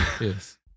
Yes